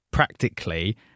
Practically